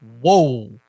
Whoa